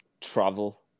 travel